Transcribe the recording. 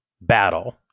battle